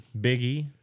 Biggie